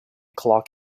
clock